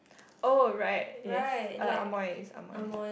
oh right yes uh amoy is amoy